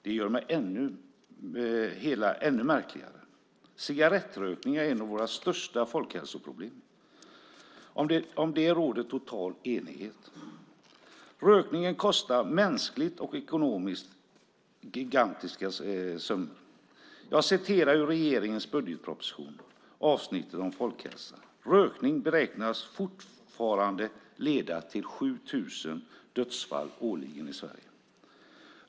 Det gör det hela ännu märkligare. Cigarettrökning är ett av våra största folkhälsoproblem. Det råder det total enighet om. Rökningen kostar mänskligt och ekonomiskt gigantiska summor. Jag läser ur regeringens budgetproposition, avsnittet om folkhälsa: Rökning beräknas fortfarande leda till 7 000 dödsfall årligen i Sverige.